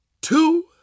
two